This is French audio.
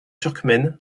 turkmène